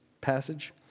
passage